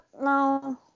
no